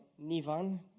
Nivan